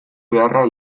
beharra